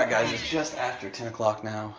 guys, it's just after ten o'clock now